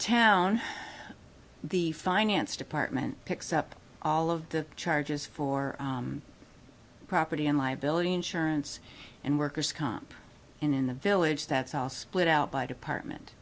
town the finance department picks up all of the charges for property and liability insurance and worker's comp in the village that's all split out by department